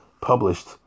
published